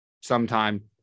sometime